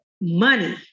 Money